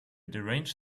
deranged